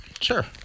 Sure